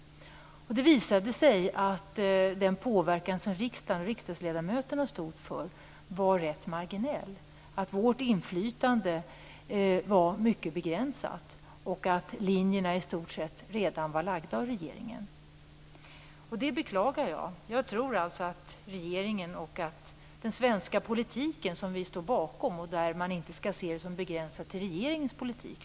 Det visade sig att den påverkan som riksdagen och riksdagsledamöterna stod för var rätt marginell. Vårt inflytande var mycket begränsat, och linjerna var i stort sett redan lagda av regeringen. Det beklagar jag. När det gäller den svenska politiken, som vi står bakom, skall man inte se den som begränsad till regeringens politik.